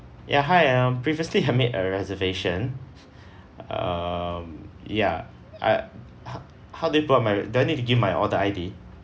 ya hi um previously I made a reservation um ya I how did my do I need to give my order I_D